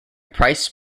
price